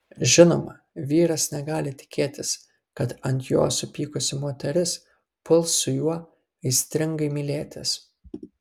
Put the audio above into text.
žinoma vyras negali tikėtis kad ant jo supykusi moteris puls su juo aistringai mylėtis